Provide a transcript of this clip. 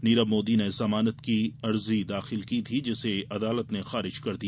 नीरव मोदी ने जमानत की अर्जी दाखिल की थी जिसे अदालत ने खारिज कर दिया